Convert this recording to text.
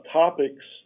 topics